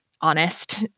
honest